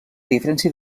diferència